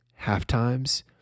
halftimes